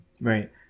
Right